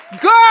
girl